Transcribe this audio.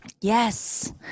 Yes